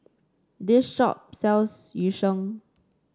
this shop sells Yu Sheng